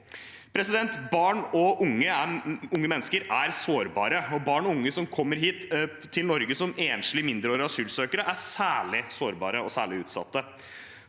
nivå. Barn og unge mennesker er sårbare, og barn og unge som kommer hit til Norge som enslige mindreårige asylsøkere, er særlig sårbare og særlig utsatte.